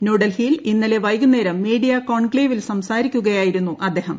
ന്യൂഡൽഹിയിൽ ഇന്നലെ വൈകുന്നേരം മീഡിയ കോൺക്ലേവിൽ സംസാരിക്കുകയായിരുന്നു അദ്ദേഹം